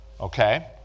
Okay